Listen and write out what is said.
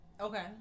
Okay